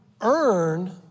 earn